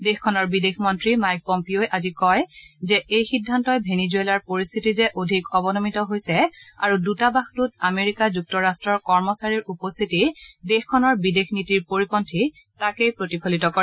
দেশখনৰ বিদেশ মন্ত্ৰী মাইক পম্পিঅই আজি কয় যে এই সিদ্ধান্তই ভেনিজুৱেলাৰ পৰিস্থিত যে অধিক অৱনমিত হৈছে আৰু দৃতাবাসটোত আমেৰিক যুক্তৰাষ্ট্ৰৰ কৰ্মচাৰীৰ উপস্থিতি দেশখনৰ বিদেশ নীতিৰ পৰিপন্থী তাকেই প্ৰতিফলিত কৰে